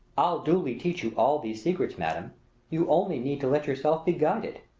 i'll duly teach you all these secrets, madam you only need to let yourself be guided.